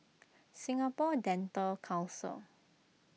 Singapore Dental Council